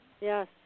Yes